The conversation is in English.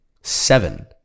Seven